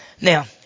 Now